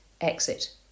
Exit